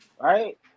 right